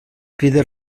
crida